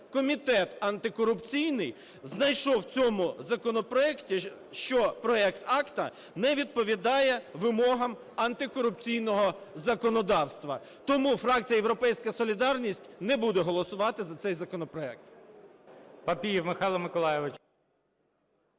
Комітет антикорупційний знайшов в цьому законопроекті, що проект акту не відповідає вимогам антикорупційного законодавства. Тому фракція "Європейська солідарність" не буде голосувати за цей законопроект.